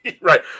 Right